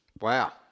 Wow